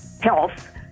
health